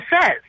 says